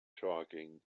talking